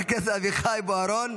חבר הכנסת אביחי בוארון,